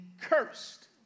cursed